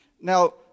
Now